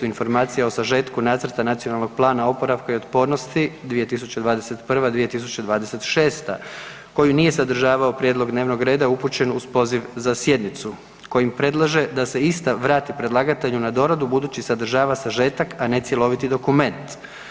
Informacija o sažetku nacrta Nacionalnog plana oporavka i otpornosti 2021.-2026. koju nije sadržavao prijedlog dnevnog reda upućen uz poziv za sjednicu kojim predlaže da se ista vrati predlagatelju na doradu budući sadržava sažetak, a ne cjeloviti dokument.